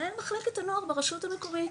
מנהל מחלקת הנוער ברשות המקומית,